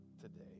today